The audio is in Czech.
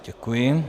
Děkuji.